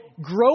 grow